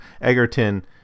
Egerton